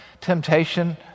temptation